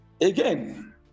again